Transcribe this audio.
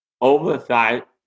oversight